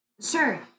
Sure